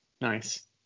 nice